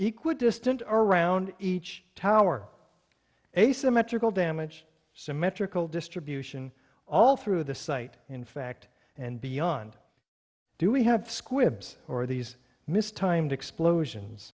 equally distant around each tower asymmetrical damage symmetrical distribution all through the site in fact and beyond do we have squibs or these mis timed explosions